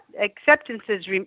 acceptances